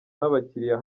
n’abakiliya